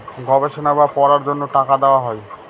গবেষণা বা পড়ার জন্য টাকা দেওয়া হয়